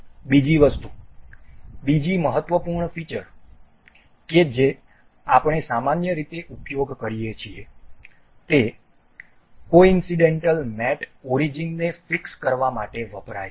બીજી વસ્તુ બીજી મહત્વપૂર્ણ ફીચર કે જે આપણે સામાન્ય રીતે ઉપયોગ કરીએ છીએ તે કોઇન્સડેન્ટલ મેટ ઓરીજીન ને ફિક્સ કરવા માટે વપરાય છે